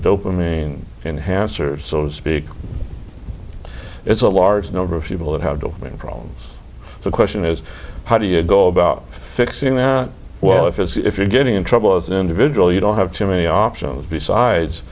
dope and mean enhancers so to speak it's a large number of people that how do you mean problems the question is how do you go about fixing our well if it's if you're getting in trouble as an individual you don't have too many options besides